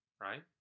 right